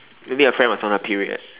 maybe your friend was on her period